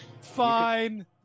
fine